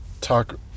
talk